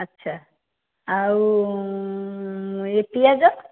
ଆଚ୍ଛା ଆଉ ଏ ପିଆଜ